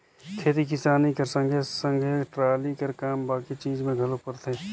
खेती किसानी कर संघे सघे टराली कर काम बाकी चीज मे घलो परथे